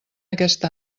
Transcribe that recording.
aquest